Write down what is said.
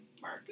mark